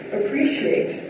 appreciate